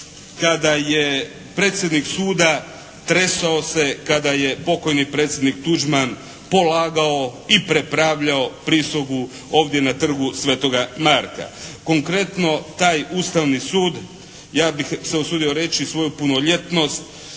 kada je predsjednik suda tresao se kada je pokojni Predsjednik Tuđman polagao i prepravljao prisegu ovdje na Trgu svetoga Marka. Konkretno, taj Ustavni sud, ja bih se usudio reći, svoju punoljetnost